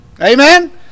Amen